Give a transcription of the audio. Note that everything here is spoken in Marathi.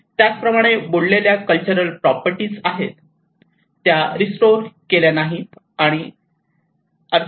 त्याचप्रमाणे बुडलेल्या कल्चरल प्रॉपर्टीज आहेत त्या रिस्टोअर केल्या नाहीत